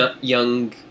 young